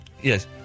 Yes